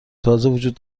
وجود